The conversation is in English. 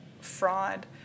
fraud